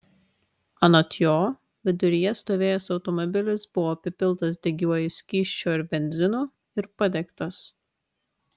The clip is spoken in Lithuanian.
anot jo viduryje stovėjęs automobilis buvo apipiltas degiuoju skysčiu ar benzinu ir padegtas